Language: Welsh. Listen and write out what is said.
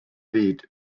fyd